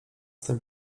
tym